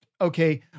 okay